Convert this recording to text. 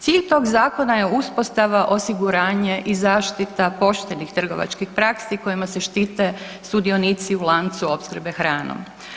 Cilj tog zakona je uspostava, osiguranje i zaštita poštenih trgovačkih praksi kojima se štite sudionici u lancu opskrbe hranom.